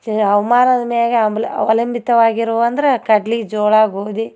ಚೆ ಹವ್ಮಾನದ ಮೇಲೆ ಅಂಬ್ಲ ಅವಲಂಬಿತವಾಗಿರುವ ಅಂದ್ರೆ ಕಡ್ಲೆ ಜೋಳ ಗೋಧಿ